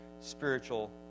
spiritual